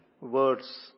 words